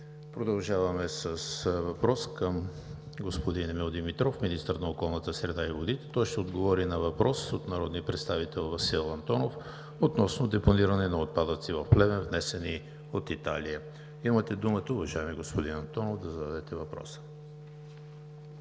Продължаваме с въпрос към господин Емил Димитров – министър на околната среда и водите. Той ще отговори на въпрос от народния представител Васил Антонов относно депониране на отпадъци в Плевен, внесени от Италия. Имате думата, уважаеми господин Антонов, да зададете въпроса.